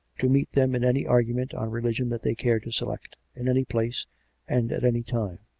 to meet them in any argument on religion that they cared to select, in any place and at any time,